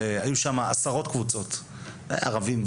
היו שם עשרות קבוצות ערבים,